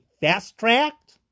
fast-tracked